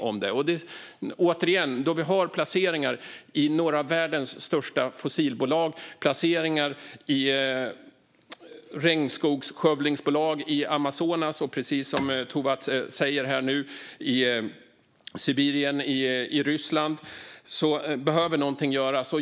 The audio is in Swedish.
Låt mig återigen säga att när det finns placeringar i några av världens största fossilbolag, i bolag som skövlar regnskogar i Amazonas, i Sibirien i Ryssland, som Tovatt sa alldeles nyss, behöver något göras.